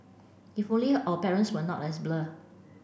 if only our parents were not as blur